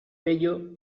ello